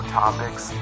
topics